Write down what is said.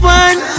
one